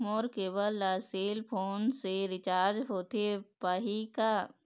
मोर cable ला cell phone से recharge होथे पाही का?